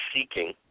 seeking